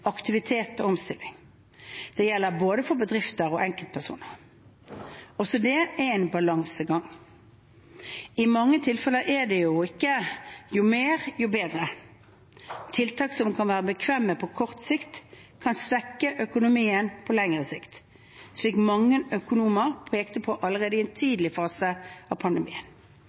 aktivitet og omstilling. Det gjelder både for bedrifter og for enkeltpersoner. Også det er en balansegang. I mange tilfeller er det ikke «jo mer, jo bedre». Tiltak som kan være bekvemme på kort sikt, kan svekke økonomien på lengre sikt, slik mange økonomer pekte på allerede i en tidlig fase av pandemien.